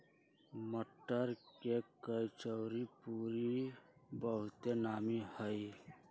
मट्टर के कचौरीपूरी बहुते नामि हइ